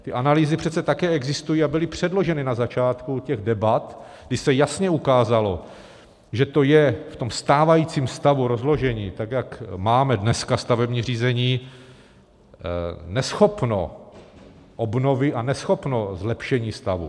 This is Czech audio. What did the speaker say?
Ty analýzy přece také existují a byly předloženy na začátku těch debat, kdy se jasně ukázalo, že to je v tom stávajícím stavu rozložení tak, jak máme dneska stavební řízení, neschopno obnovy a neschopno zlepšení stavu.